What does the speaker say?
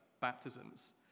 baptisms